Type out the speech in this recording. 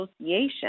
association